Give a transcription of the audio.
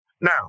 Now